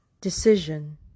decision